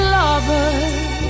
lovers